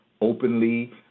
openly